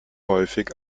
häufig